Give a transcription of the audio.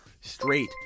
straight